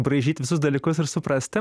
braižyt visus dalykus ir suprasti